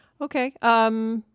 Okay